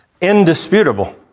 indisputable